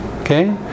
okay